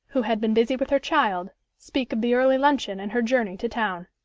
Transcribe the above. who had been busy with her child, speak of the early luncheon and her journey to town.